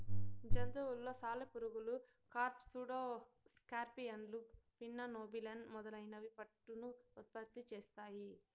జంతువులలో సాలెపురుగులు, కార్ఫ్, సూడో స్కార్పియన్లు, పిన్నా నోబిలస్ మొదలైనవి పట్టును ఉత్పత్తి చేస్తాయి